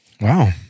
Wow